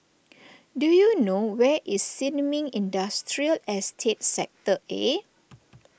do you know where is Sin Ming Industrial Estate Sector A